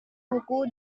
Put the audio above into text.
buku